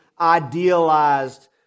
idealized